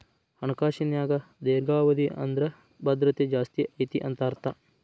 ಹಣಕಾಸಿನ್ಯಾಗ ದೇರ್ಘಾವಧಿ ಅಂದ್ರ ಭದ್ರತೆ ಜಾಸ್ತಿ ಐತಿ ಅಂತ ಅರ್ಥ